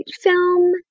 film